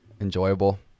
enjoyable